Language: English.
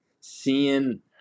seeing